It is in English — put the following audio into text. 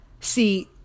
See